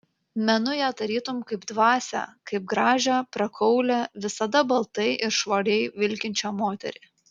menu ją tarytum kaip dvasią kaip gražią prakaulią visada baltai ir švariai vilkinčią moterį